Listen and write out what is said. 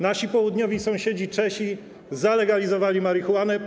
Nasi południowi sąsiedzi Czesi zalegalizowali marihuanę.